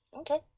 Okay